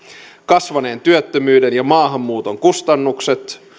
kasvaneen työttömyyden ja maahanmuuton kustannukset